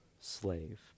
slave